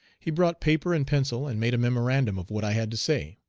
he brought paper and pencil and made a memorandum of what i had to say.